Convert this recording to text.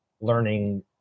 learning